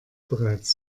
bereits